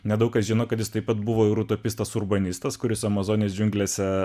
nedaug kas žino kad jis taip pat buvo ir utopistas urbanistas kuris amazonės džiunglėse